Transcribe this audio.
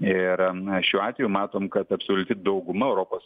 ir na šiuo atveju matom kad absoliuti dauguma europos